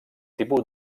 tipus